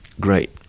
great